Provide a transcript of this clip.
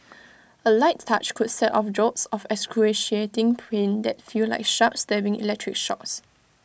A light touch could set off jolts of excruciating pain that feel like sharp stabbing electric shocks